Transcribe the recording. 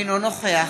אינו נוכח